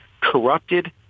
corrupted